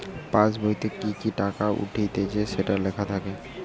পাসবোইতে কি কি টাকা উঠতিছে সেটো লেখা থাকে